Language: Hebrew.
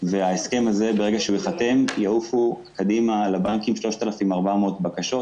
וכאשר ההסכם הזה ייחתם יעופו קדימה לבנקים 3,400 בקשות,